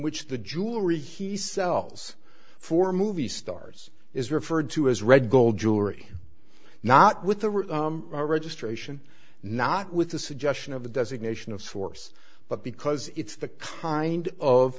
which the jewelry he sells for movie stars is referred to as red gold jewelry not with the registration not with the suggestion of the designation of force but because it's the kind of